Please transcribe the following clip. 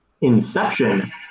Inception